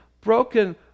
broken